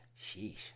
sheesh